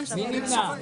מי נמנע?